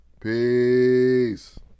Peace